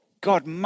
God